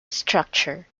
structure